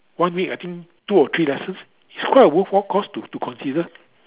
one week I think two or three lessons it's quite a worthwhile course to to consider